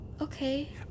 Okay